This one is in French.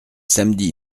samedi